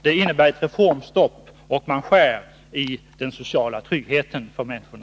Det har införts ett reformstopp, och man skär i den sociala tryggheten för människorna.